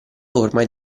ormai